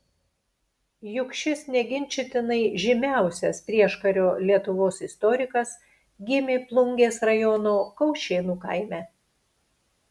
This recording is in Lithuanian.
juk šis neginčytinai žymiausias prieškario lietuvos istorikas gimė plungės rajono kaušėnų kaime